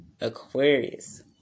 Aquarius